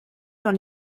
dans